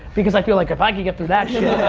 because i feel like, if i could get through that shit.